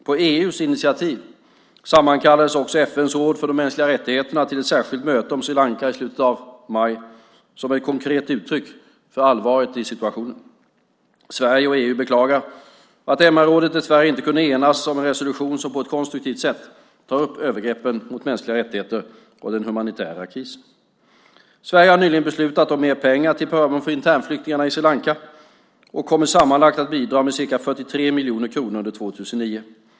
På EU:s initiativ sammankallades också FN:s råd för mänskliga rättigheter till ett särskilt möte om Sri Lanka i slutet av maj, som ett konkret uttryck för allvaret i situationen. Sverige och EU beklagar att MR-rådet dessvärre inte kunde enas om en resolution som på ett konstruktivt sätt tar upp övergreppen mot mänskliga rättigheter och den humanitära krisen. Sverige har nyligen beslutat om mer pengar till förmån för internflyktingarna i Sri Lanka och kommer sammanlagt att bidra med ca 43 miljoner kronor under 2009.